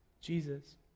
Jesus